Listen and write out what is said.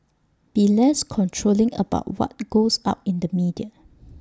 be less controlling about what goes out in the media